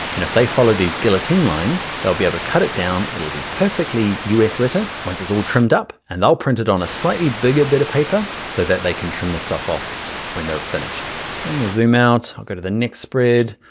and if they follow these guillotine lines, they'll be able to cut it down, it will be perfectly us letter once it's all trimmed up, and they'll print it on a slightly bigger bit of paper, so that they can trim this off of when they're finished. okay, i'm gonna zoom out, i'll go to the next spread,